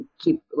keep